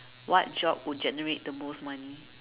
what job would generate the most money